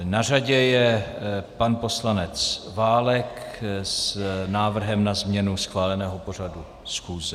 Na řadě je pan poslanec Válek s návrhem na změnu schváleného pořadu schůze.